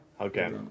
Okay